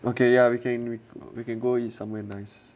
okay ya we can we can go eat somewhere nice